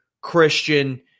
Christian